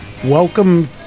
Welcome